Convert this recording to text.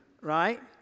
right